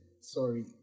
sorry